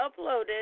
uploaded